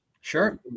sure